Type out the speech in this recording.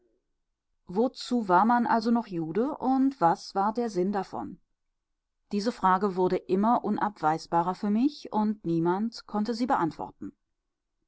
wozu war man also noch jude und was war der sinn davon diese frage wurde immer unabweisbarer für mich und niemand konnte sie beantworten